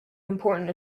important